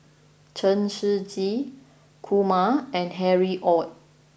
Chen Shiji Kumar and Harry Ord